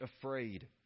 afraid